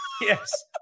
Yes